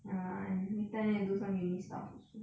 ya lor I later I need to do some uni stuff also